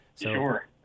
Sure